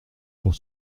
pour